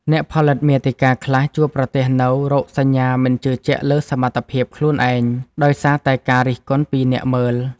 អ្នកផលិតមាតិកាខ្លះជួបប្រទះនូវ រោគសញ្ញាមិនជឿជាក់លើសមត្ថភាពខ្លួនឯង ដោយសារតែការរិះគន់ពីអ្នកមើល។